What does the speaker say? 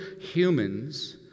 humans